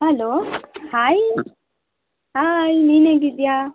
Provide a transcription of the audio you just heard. hello hi hi ನೀನು ಹೇಗಿದೀಯಾ